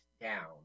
down